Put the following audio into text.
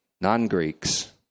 Non-Greeks